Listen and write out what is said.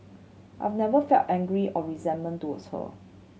I've never felt angry or resentful towards her